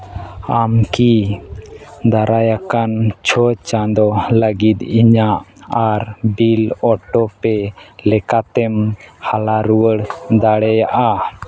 ᱟᱢ ᱠᱤ ᱫᱟᱨᱟᱭᱟᱠᱟᱱ ᱪᱷᱚ ᱪᱟᱸᱫᱳ ᱞᱟᱹᱜᱤᱫ ᱤᱧᱟᱹᱜ ᱟᱨ ᱵᱤᱞ ᱚᱴᱳ ᱯᱮᱹ ᱞᱮᱠᱟᱛᱮᱢ ᱦᱟᱞᱟ ᱨᱩᱣᱟᱹᱲ ᱫᱟᱲᱮᱭᱟᱜᱼᱟ